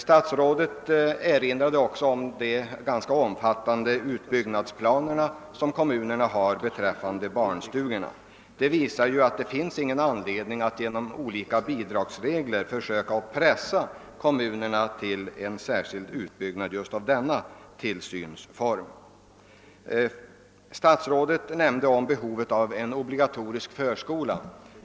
Statsrådet erinrade också om de ganska omfattande utbyggnadsplaner som kommunerna har beträffande barnstugorna. Det visar att det inte finns någon anledning att genom olika bidragsregler försöka pressa kommunerna till en särskild utbyggnad av just denna tillsynsform. Statsrådet nämnde om behovet av en obligatorisk förskola.